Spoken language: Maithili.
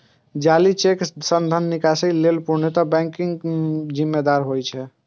जाली चेक सं धन निकासी के लेल पूर्णतः बैंक जिम्मेदार होइ छै